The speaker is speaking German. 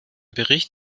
bericht